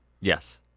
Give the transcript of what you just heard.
Yes